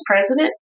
president